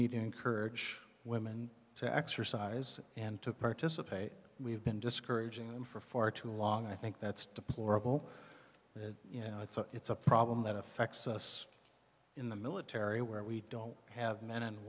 need to encourage women to exercise and to participate we've been discouraging them for for too long i think that's deplorable that it's a problem that affects us in the military where we don't have men and